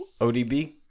ODB